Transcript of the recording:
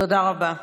תודה רבה.